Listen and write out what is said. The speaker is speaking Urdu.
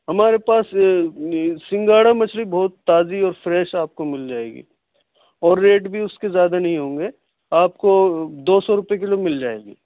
ہمارے پاس سنگھاڑا مچھلی بہت تازی اور فریش آپ کو مل جائے گی اور ریٹ بھی اس کے زیادہ نہیں ہوں گے آپ کو دو سو روپیے کلو مل جائے گی